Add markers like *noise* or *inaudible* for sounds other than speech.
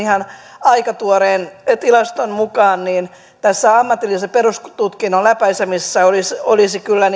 aika tuoreen tilaston mukaan tässä ammatillisen perustutkinnon läpäisemisessä olisi olisi kyllä *unintelligible*